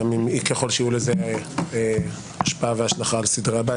ככל שיהיו לזה השפעה והשלכה על הבית,